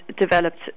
developed